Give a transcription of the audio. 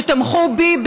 שתמכו בי,